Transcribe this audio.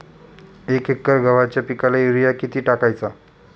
एक एकर गव्हाच्या पिकाला युरिया किती टाकायचा?